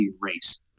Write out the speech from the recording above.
race